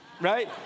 Right